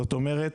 זאת אומרת,